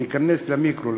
ניכנס למיקרו,